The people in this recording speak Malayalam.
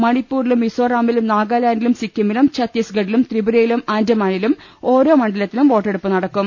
മണിപ്പൂരിലും മിസോറാമിലും നാഗാലാന്റിലും സിക്കിമിലും ഛത്തീസ്ഗഢിലും ത്രിപുരയിലും ആന്റമാനിലും ഒരോ മണ്ഡലത്തിലും വോട്ടെടുപ്പ് നടക്കും